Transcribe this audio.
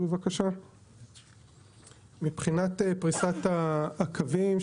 מבחינת פרישת הקווים,